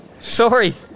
Sorry